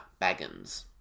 Baggins